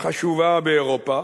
חשובה באירופה.